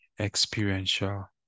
experiential